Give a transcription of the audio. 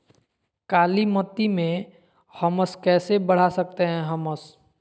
कालीमती में हमस कैसे बढ़ा सकते हैं हमस?